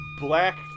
black